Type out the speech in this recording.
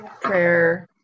Prayer